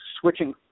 switching